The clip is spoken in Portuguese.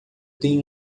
tem